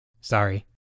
Sorry